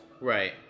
Right